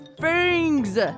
fangs